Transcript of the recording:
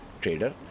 trader